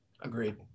Agreed